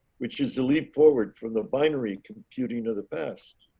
which is the leap forward from the binary computing to the best